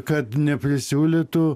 kad neprisiūlytų